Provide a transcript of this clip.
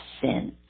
sin